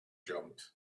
jump